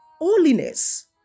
holiness